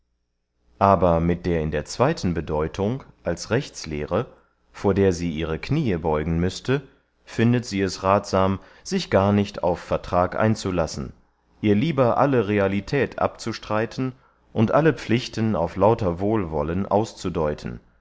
aber mit der in der zweyten bedeutung als rechtslehre vor der sie ihre kniee beugen müßte findet sie es rathsam sich gar nicht auf vertrag einzulassen ihr lieber alle realität abzustreiten und alle pflichten auf lauter wohlwollen auszudeuten